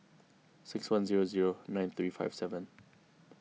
six one zero zero nine three five seven